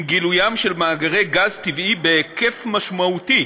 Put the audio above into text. עם גילויים של מאגרי גז טבעי בהיקף משמעותי